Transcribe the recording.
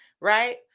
right